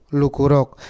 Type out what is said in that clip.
lukurok